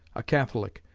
a catholic,